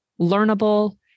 learnable